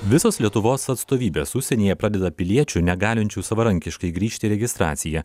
visos lietuvos atstovybės užsienyje pradeda piliečių negalinčių savarankiškai grįžti registraciją